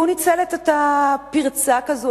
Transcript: הוא ניצל את הפרצה הזאת,